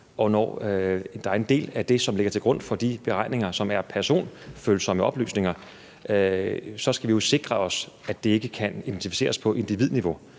Og når en del af det, som ligger til grund for de beregninger, er personfølsomme oplysninger, så skal vi jo sikre os, at det ikke kan identificeres på individniveau.